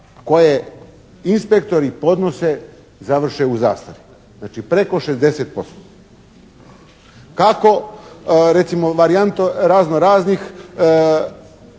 koje inspektori podnose, završe u zastari. Znači preko 60%. Kako, recimo varijanta razno-raznih